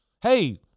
hey